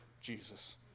Jesus